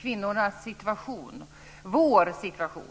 kvinnornas situation, vår situation.